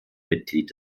mitglied